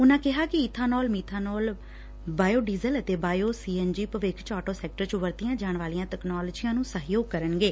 ਉਨੂਾਂ ਕਿਹਾ ਕਿ ਇਬਾਠੋਲ ਮਿਬਾਠੋਲ ਬਾਇਓ ਡੀਜ਼ਲ ਅਤੇ ਬਾਇਓ ਸੀ ਐਨ ਜੀ ਭਵਿੱਖ ਚ ਆਟੋ ਸੈਕਟਰ ਚ ਵਰਤੀਆਂ ਜਾਣ ਵਾਲੀਆਂ ਤਕਨਾਲੋਜੀਆਂ ਨੂੰ ਸਹਿਯੋਗ ਕਰਨਗੇ